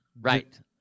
right